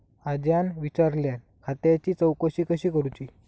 आज्यान विचारल्यान खात्याची चौकशी कशी करुची?